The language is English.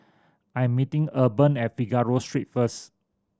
I am meeting Urban at Figaro Street first